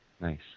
Nice